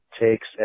takes